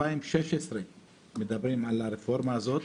שמדברים עליה מ-2016.